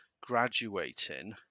graduating